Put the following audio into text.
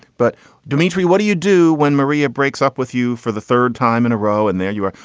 but dimitri, what do you do when maria breaks up with you for the third time in a row? and there you are.